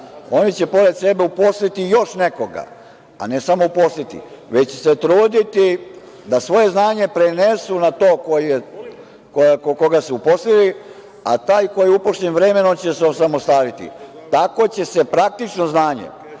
oni će pored sebe uposliti još nekoga, a ne samo uposliti, već se truditi da svoje znanje prenesu na tog koga su uposlili, a taj koji je upošljen vremenom će se osamostaliti. Tako će se praktično znanje